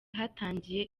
hatangiye